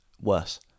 worse